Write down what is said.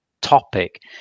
topic